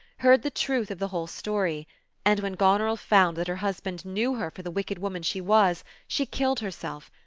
heard the truth of the whole story and when goneril found that her husband knew her for the wicked woman she was, she killed her self,